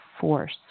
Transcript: force